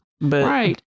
Right